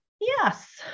Yes